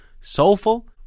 Soulful